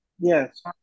Yes